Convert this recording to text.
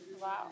wow